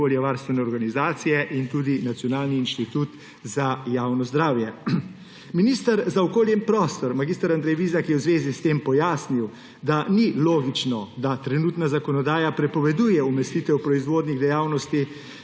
Vizjak je v zvezi s tem pojasnil, da ni logično, da trenutna zakonodaja prepoveduje umestitev proizvodnih dejavnosti